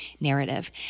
narrative